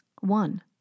One